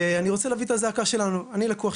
ואני כאן